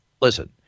listen